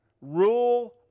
Rule